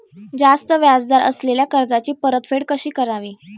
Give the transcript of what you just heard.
जास्त व्याज दर असलेल्या कर्जाची परतफेड कशी करावी?